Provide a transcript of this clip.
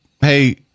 hey